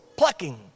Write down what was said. plucking